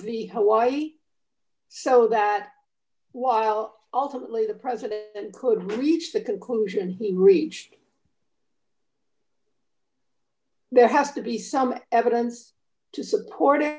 why so that while ultimately the president could reach the conclusion he reached there has to be some evidence to support